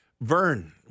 Vern